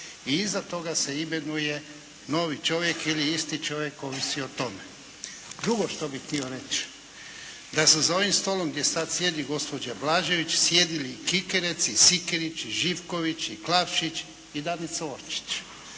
i iza toga se imenuje novi čovjek ili isti čovjek, ovisi o tome. Drugo što bih htio reći da su za ovim stolom gdje sad sjedi gospođa Blažević sjedili i Kikerec i Sikerić, Živković i Klavšić i Danica Orčić.